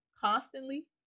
constantly